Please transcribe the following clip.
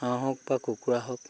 হাঁহ হওক বা কুকুৰা হওক